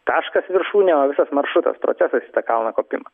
taškas viršūnė o visas maršrutas procesas į tą kalną kopimą